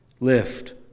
Lift